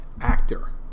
actor